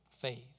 faith